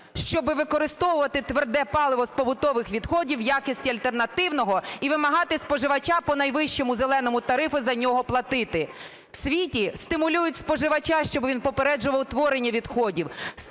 щоби використовувати тверде паливо з побутових відходів в якості альтернативного і вимагати споживача по найвищому "зеленому" тарифу за нього платити. В світі стимулюють споживача, щоб він попереджував утворення відходів,